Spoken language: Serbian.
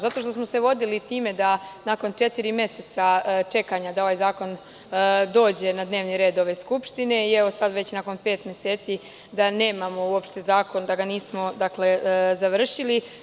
Zato što smo se vodili time da nakon četiri meseca čekanja da ovaj zakon dođe na dnevni red ove Skupštine i evo sada, nakon pet meseci, nemamo zakon da ga nismo završili.